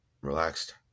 Relaxed